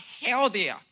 healthier